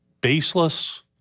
baseless